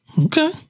Okay